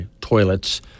toilets